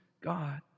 God